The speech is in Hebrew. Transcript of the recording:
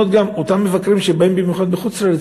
אותם מבקרים שבאים במיוחד מחוץ-לארץ,